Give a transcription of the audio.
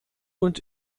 und